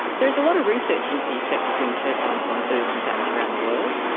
there is a lot of research into the effect of wind turbines on birds and bats around the world.